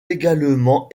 également